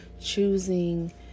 choosing